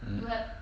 mm mm